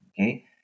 okay